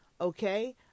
Okay